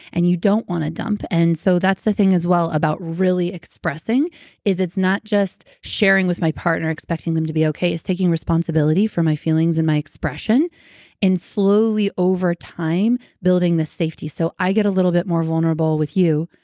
and you don't want to dump. and so that's the thing, as well, about really expressing is it's not just sharing with my partner, expecting them to be okay. it's taking responsibility for my feelings and my expression and slowly, over time, building the safety. so i get a little bit more vulnerable with you,